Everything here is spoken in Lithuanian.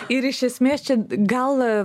ir iš esmės čia gal